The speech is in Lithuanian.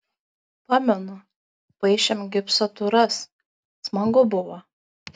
pamenu paišėm gipsatūras smagu buvo